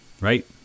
right